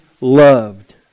loved